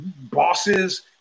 bosses